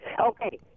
Okay